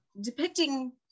depicting